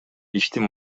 иштин